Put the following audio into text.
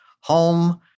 home